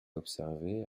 observer